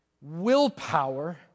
Willpower